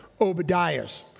Obadiahs